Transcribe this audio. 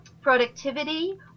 productivity